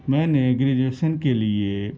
میں نے گریجویشن کے لیے